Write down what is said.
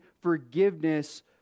forgiveness